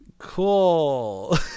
cool